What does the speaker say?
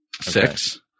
Six